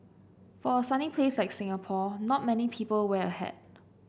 for a sunny place like Singapore not many people wear a hat